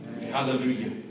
Hallelujah